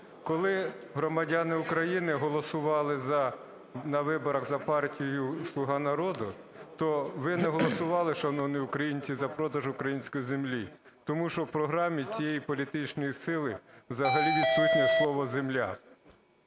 Коли громадяни України голосували на виборах за партію "Слуга народу", то ви не голосували, шановні українці, за продаж української землі. Тому що в програмі цієї політичної сили взагалі відсутнє слово "земля".